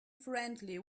friendly